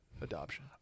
adoption